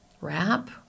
wrap